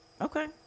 Okay